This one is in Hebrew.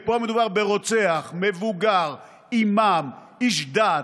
פה מדובר ברוצח מבוגר, אימאם, איש דת,